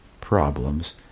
problems